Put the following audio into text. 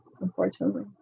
unfortunately